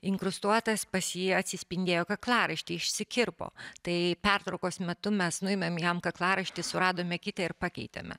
inkrustuotas pas jį atsispindėjo kaklaraištį išsikirpo tai pertraukos metu mes nuėmėm jam kaklaraištį suradome kitą ir pakeitėme